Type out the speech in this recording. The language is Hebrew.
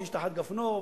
ואיש תחת גפנו,